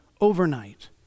overnight